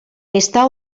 està